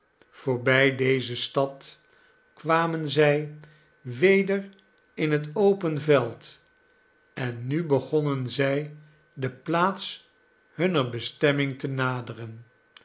voorbij deze stad kwamen zij weder in het open veld en nu begonnen zij de plaats hunner bestemming te naderen